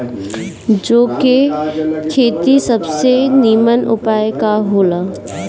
जौ के खेती के सबसे नीमन उपाय का हो ला?